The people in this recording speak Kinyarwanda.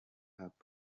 hop